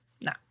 no